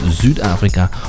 Südafrika